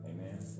Amen